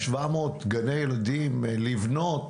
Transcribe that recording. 700 גני ילדים לבנות,